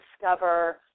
discover